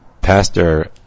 pastor